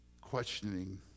questioning